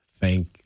Thank